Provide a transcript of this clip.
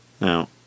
Now